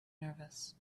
nervous